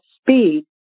speed